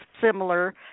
similar –